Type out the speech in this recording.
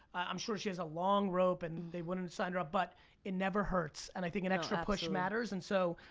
i'm sure she has a long rope and they wouldn't have signed her up, but it never hurts, and i think an extra push matters. and so,